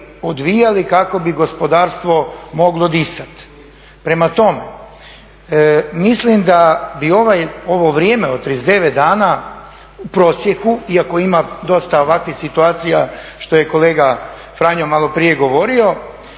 odvijali, kako bi gospodarstvo moglo disati. Prema tome, mislim da bi ovo vrijeme od 39 dana u prosjeku iako ima dosta ovakvih situacija što je kolega Franjo malo prije govorio